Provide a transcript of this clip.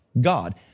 God